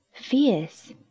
Fierce